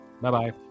Bye-bye